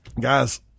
guys